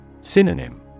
Synonym